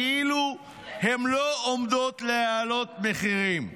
כאילו הן לא עומדות להעלות מחירים.